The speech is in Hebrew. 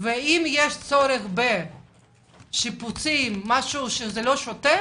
אם יש צורך בשיפוצים, משהו שהוא לא שוטף,